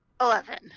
Eleven